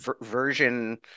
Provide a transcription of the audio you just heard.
version